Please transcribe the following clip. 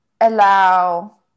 allow